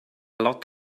lot